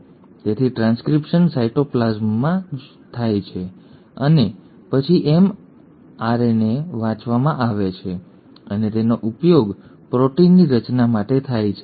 તેથી ટ્રાન્સક્રિપ્શન સાયટોપ્લાસમમાં જ થાય છે અને પછી એમઆરએનએ વાંચવામાં આવે છે અને તેનો ઉપયોગ પ્રોટીનની રચના માટે થાય છે